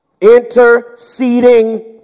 interceding